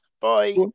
bye